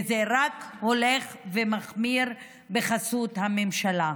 וזה רק הולך ומחמיר בחסות הממשלה.